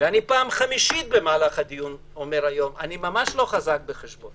ואני פעם חמישית במהלך הדיון היום אומר שאני לא חזק בחשבון